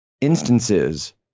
instances